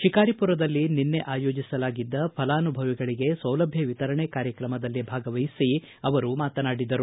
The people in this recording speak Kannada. ಶಿಕಾರಿಪುರದಲ್ಲಿ ನಿನ್ನೆ ಆಯೋಜಿಸಲಾಗಿದ್ದ ಫಲಾನುಭವಿಗಳಿಗೆ ಸೌಲಭ್ಯ ವಿತರಣೆ ಕಾರ್ಯಕ್ರಮದಲ್ಲಿ ಭಾಗವಹಿಸಿ ಅವರು ಮಾತನಾಡಿದರು